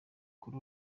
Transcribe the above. kuri